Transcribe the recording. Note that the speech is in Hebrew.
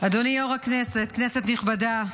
יושב-ראש הישיבה, כנסת נכבדה,